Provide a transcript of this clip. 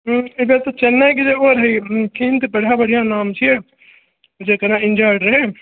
एहि बेर तऽ चेन्नईकऽ जे ओऽ रहिए टीमकऽ बढिआँ बढिआँ नाम छियै जे कनि इन्जर्ड रहय